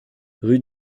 rue